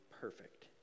perfect